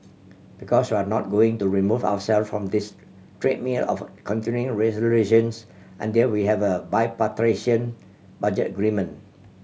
because we're not going to remove ourself from this treadmill of continuing resolutions until we have a bipartisan budget agreement